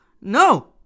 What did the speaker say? No